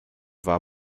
war